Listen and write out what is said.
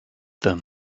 them